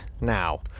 now